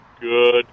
good